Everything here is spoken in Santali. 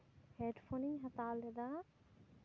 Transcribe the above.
ᱦᱮᱰ ᱯᱷᱳᱱ ᱤᱧ ᱦᱟᱛᱟᱣ ᱞᱮᱫᱟ